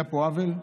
היה פה עוול,